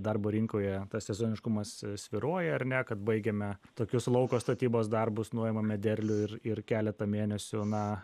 darbo rinkoje tas sezoniškumas svyruoja ar ne kad baigiame tokius lauko statybos darbus nuimame derlių ir ir keletą mėnesių na